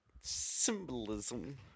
symbolism